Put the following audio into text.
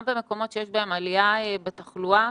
גם במקומות שיש בהם עלייה בתחלואה,